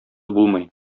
булмый